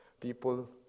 People